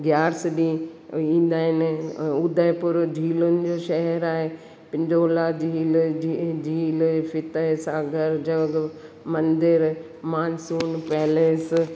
ग्यार्स ॾींहुं ईंदा आहिनि उदयपुर झीलनि जो शहर आहे पिंजोला जी झील झील फतेह सागर जो मंदरु मानसून पैलेस